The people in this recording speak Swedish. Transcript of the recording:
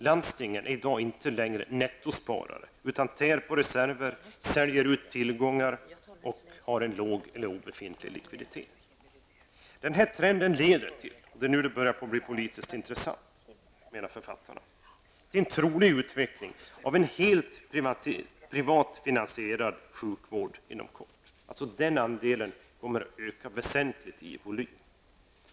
Landstingen är i dag inte längre nettosparare utan tär på reserver, säljer ut tillgångar och har en låg eller obefintlig likviditet. Den här trenden leder inom kort, och det är enligt författarna nu som det börjar bli politiskt intressant, till en trolig utveckling mot en allt större volym helt privatfinansierad sjukvård. Det blir en väsentlig ökning.